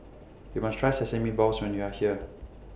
YOU must Try Sesame Balls when YOU Are here